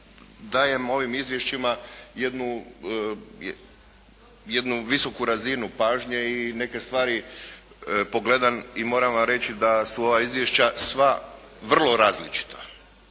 dajem ovim izvješćima jednu visoku razinu pažnje i neke stvari pogledam i moram vam reći da su ova izvješća sva vrlo različita.